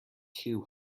too